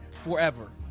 forever